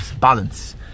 balance